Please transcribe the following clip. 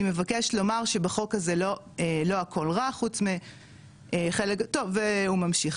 אני מבקש לומר שבחוק הזה הכל רע והוא ממשיך,